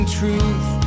truth